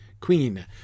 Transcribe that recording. queen